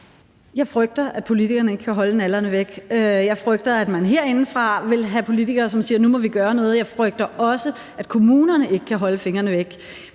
Jeg frygter, at politikerne ikke kan holde nallerne væk. Jeg frygter, at man herindefra vil have politikere, som siger: Nu må vi gøre noget. Jeg frygter også, at kommunerne ikke kan holde fingrene væk.